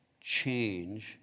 change